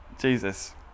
Jesus